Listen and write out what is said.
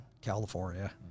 California